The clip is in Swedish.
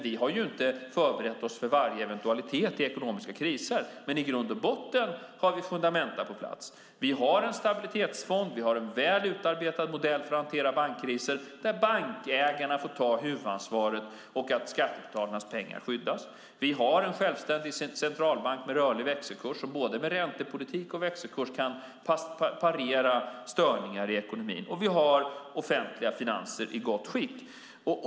Vi har inte förberett oss för varje eventualitet i ekonomiska kriser, men i grund och botten har vi fundamenta på plats. Vi har en stabilitetsfond, och vi har en väl utarbetad modell för att hantera bankkriser där bankägarna får ta huvudansvaret och skattebetalarnas pengar skyddas. Vi har en självständig centralbank med rörlig växelkurs som både med räntepolitik och med växelkurs kan parera störningar i ekonomin. Vi har offentliga finanser i gott skick.